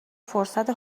فرصت